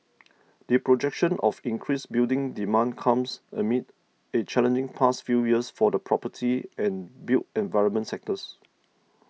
the projection of increased building demand comes amid a challenging past few years for the property and built environment sectors